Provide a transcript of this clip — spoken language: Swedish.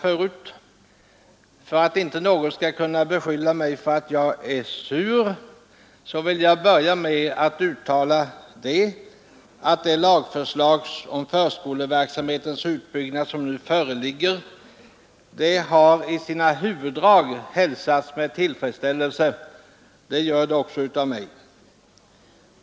Men för att inte någon skall kunna beskylla mig för att vara sur vill jag börja med att uttala att det lagförslag om förskoleverksamhetens utbyggnad, som nu föreligger, i sina huvuddrag har hälsats med tillfredsställelse. Det gör det också av mig.